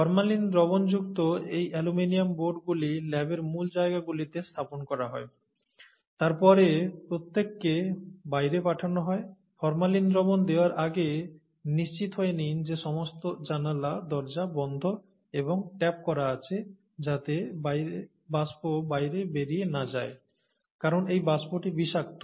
formalin দ্রবণযুক্ত এই aluminium বোর্ডগুলি ল্যাবের মূল জায়গাগুলিতে স্থাপন করা হয় তারপরে প্রত্যেককে বাইরে পাঠানো হয় ফরমালিন দ্রবণ দেওয়ার আগে নিশ্চিত হয়ে নিন যে সমস্ত জানালা দরজা বন্ধ এবং ট্যাপ করা আছে যাতে বাষ্প বাইরে বেরিয়ে না যায় কারণ এই বাষ্পটি বিষাক্ত